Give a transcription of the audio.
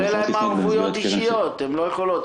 אבל אין להן ערבויות אישיות, הן לא יכולות.